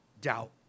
Doubt